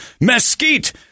mesquite